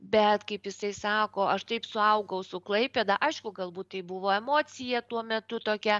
bet kaip jisai sako aš taip suaugau su klaipėda aišku galbūt tai buvo emocija tuo metu tokia